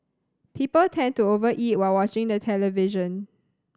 people tend to over eat while watching the television